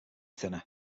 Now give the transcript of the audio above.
thinner